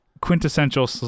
quintessential